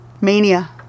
Mania